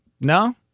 No